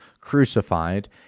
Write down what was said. crucified